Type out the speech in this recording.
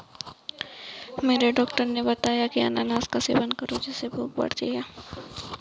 मेरे डॉक्टर ने बताया की अनानास का सेवन करो जिससे भूख बढ़ती है